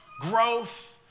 growth